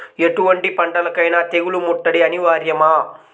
ఎటువంటి పంటలకైన తెగులు ముట్టడి అనివార్యమా?